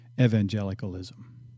evangelicalism